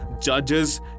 judges